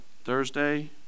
Thursday